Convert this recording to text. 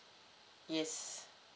yes